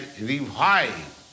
revive